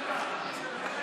במשפחה